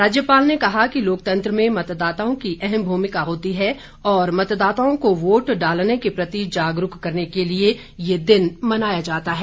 राज्यपाल ने कहा कि लोकतंत्र में मतदाताओं की अहम भूमिका होती है और मतदाताओं को वोट डालने के प्रति जागरूक करने के लिए ही ये दिन मनाया जाता है